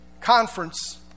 conference